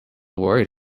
worried